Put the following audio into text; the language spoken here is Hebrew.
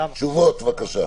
תשובות בבקשה.